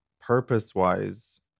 purpose-wise